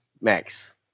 Max